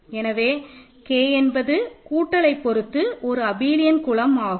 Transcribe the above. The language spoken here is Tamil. எனவே K என்பது கூட்டல்லை பொறுத்து ஒரு அபிலயன் குலம் ஆகும்